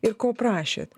ir ko prašėt